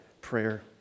prayer